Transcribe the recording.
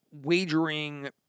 wagering